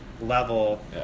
level